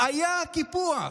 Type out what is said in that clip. היה קיפוח,